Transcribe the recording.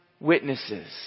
witnesses